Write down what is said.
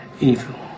evil